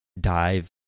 dive